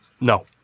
No